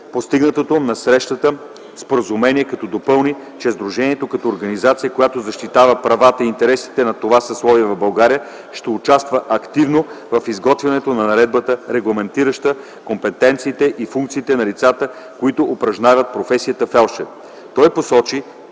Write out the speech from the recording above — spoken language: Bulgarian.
постигнатото на срещата споразумение, като допълни, че сдружението като организация, защитаваща правата и интересите на това съсловие в България, ще участва активно в изготвянето на наредбата, регламентираща компетенциите и функциите на лицата, които упражняват професията „фелдшер”.